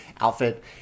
outfit